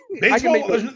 Baseball